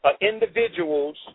individuals